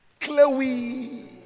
Chloe